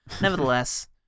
Nevertheless